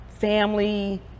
family